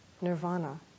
nirvana